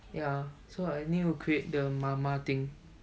ya so I think we'll create the mama thing